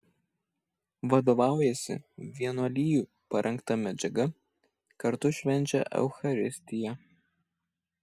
vadovaujasi vienuolijų parengta medžiaga kartu švenčia eucharistiją